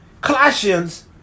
Colossians